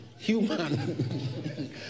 Human